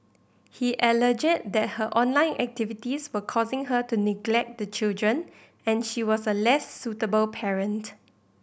he alleged that her online activities were causing her to neglect the children and she was a less suitable parent